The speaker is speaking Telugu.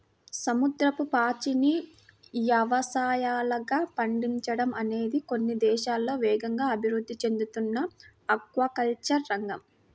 సముద్రపు పాచిని యవసాయంలాగా పండించడం అనేది కొన్ని దేశాల్లో వేగంగా అభివృద్ధి చెందుతున్న ఆక్వాకల్చర్ రంగం